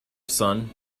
son